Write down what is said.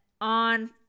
on